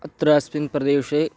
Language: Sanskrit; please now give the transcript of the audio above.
अत्र अस्मिन् प्रदेशे